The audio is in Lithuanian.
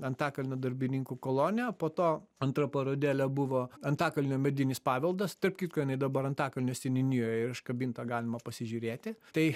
antakalnio darbininkų kolonija po to antra parodėlė buvo antakalnio medinis paveldas tarp kitko jinai dabar antakalnio seniūnijoj yra iškabinta galima pasižiūrėti tai